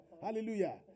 Hallelujah